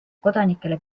kodanikele